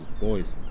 boys